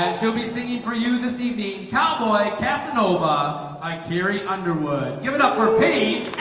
she'll be singing for you this evening cowboy casanova by carrie underwood give it up for paige